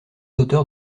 auteurs